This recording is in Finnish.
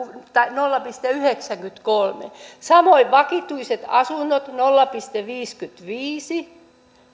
nolla pilkku yhdeksänkymmentäkolme samoin vakituiset asunnot nolla pilkku viisikymmentäviisi